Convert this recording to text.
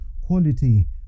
quality